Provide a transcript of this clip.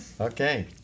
Okay